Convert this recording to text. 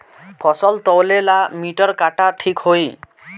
फसल तौले ला मिटर काटा ठिक होही?